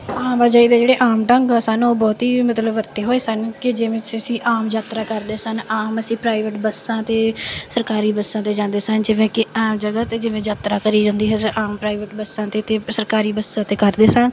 ਆਵਾਜਾਈ ਦੇ ਜਿਹੜੇ ਆਮ ਢੰਗ ਸਨ ਉਹ ਬੁਹਤ ਹੀ ਮਤਲਬ ਵਰਤੇ ਹੋਏ ਸਨ ਕਿ ਜਿਵੇਂ ਤੁਸੀਂ ਆਮ ਯਾਤਰਾ ਕਰਦੇ ਸਨ ਆਮ ਅਸੀਂ ਪ੍ਰਾਈਵੇਟ ਬੱਸਾਂ 'ਤੇ ਸਰਕਾਰੀ ਬੱਸਾਂ 'ਤੇ ਜਾਂਦੇ ਸਨ ਜਿਵੇਂ ਕਿ ਆਮ ਜਗ੍ਹਾ 'ਤੇ ਜਿਵੇਂ ਯਾਤਰਾ ਕਰੀ ਜਾਂਦੀ ਹੈ ਜਾਂ ਆਮ ਪ੍ਰਾਈਵੇਟ ਬੱਸਾਂ 'ਤੇ ਅਤੇ ਸਰਕਾਰੀ ਬੱਸਾਂ 'ਤੇ ਕਰਦੇ ਸਾਂ